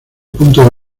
punto